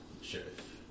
Sheriff